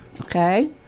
Okay